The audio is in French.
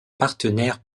partenaire